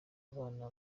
abana